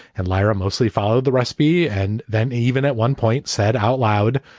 and lara mostly followed the recipe. and then even at one point said outloud,